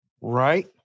Right